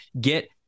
Get